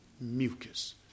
mucus